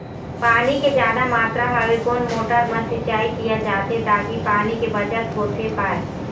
पानी के जादा मात्रा हवे कोन मोटर मा सिचाई किया जाथे ताकि पानी के बचत होथे पाए?